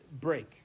break